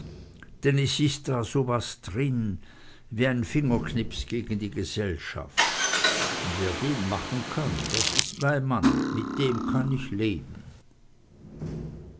denn es is da so was drin wie ein fingerknips gegen die gesellschaft und wer den machen kann das ist mein mann mit dem kann ich leben